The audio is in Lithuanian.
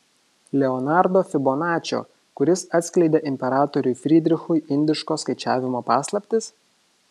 leonardo fibonačio kuris atskleidė imperatoriui frydrichui indiško skaičiavimo paslaptis